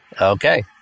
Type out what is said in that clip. Okay